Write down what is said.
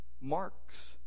marks